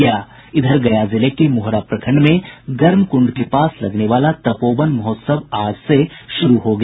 गया जिले के मोहरा प्रखंड में गर्म कूंड के पास लगने वाला तपोवन महोत्सव आज से शुरू हो गया